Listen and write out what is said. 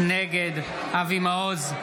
נגד אבי מעוז,